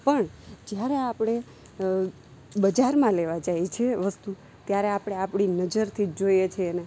પણ જ્યારે આપણે બજારમાં લેવા જઇએ છે ત્યારે આપણે આપણી નજરથી જોઈએ છીએ એને